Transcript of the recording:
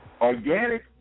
organic